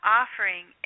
offering